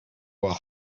will